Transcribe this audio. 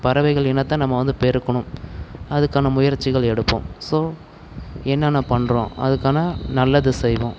பறவைகள் இனத்தை நம்ம வந்து பெருக்கணும் அதற்கான முயற்சிகள் எடுப்போம் ஸோ என்னன்ன பண்ணுறோம் அதுக்கான நல்லது செய்வோம்